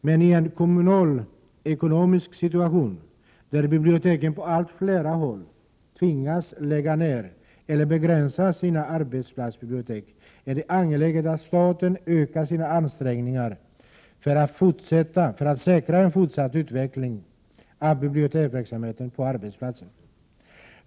Men ien kommunalekonomisk situation där biblioteken på allt fler håll tvingas lägga ned eller begränsa sina arbetsplatsbibliotek är det angeläget att staten ökar sina ansträngningar för att säkra en fortsatt utveckling av biblioteksverksamhet på arbetsplatser.